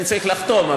אני צריך לחתום,